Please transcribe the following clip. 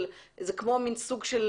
זה כמו מין סוג של